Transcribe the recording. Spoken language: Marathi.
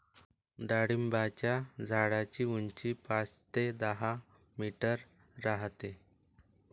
डाळिंबाच्या झाडाची उंची पाच ते दहा मीटर राहते